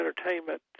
entertainment